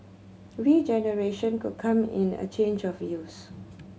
regeneration could come in a change of use